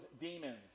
demons